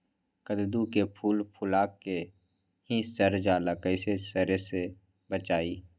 कददु के फूल फुला के ही सर जाला कइसे सरी से बचाई?